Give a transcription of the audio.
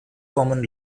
common